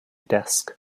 desk